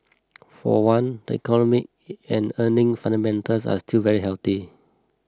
for one the economic and earning fundamentals are still very healthy